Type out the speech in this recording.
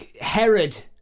Herod